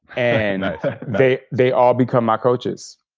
and they they all become ah coaches.